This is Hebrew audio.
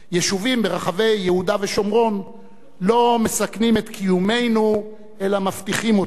יישובים ברחבי יהודה ושומרון לא מסכנים את קיומנו אלא מבטיחים אותו.